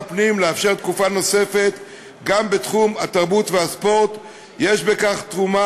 שצריך לאפשר לגורמים שעוסקים בתרבות ובספורט להשאיר כאן בישראל